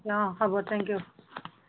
অঁ হ'ব thank U